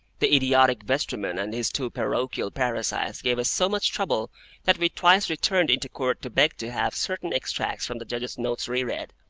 the idiotic vestryman and his two parochial parasites gave us so much trouble that we twice returned into court to beg to have certain extracts from the judge's notes re-read.